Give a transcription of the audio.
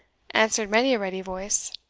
answered many a ready voice.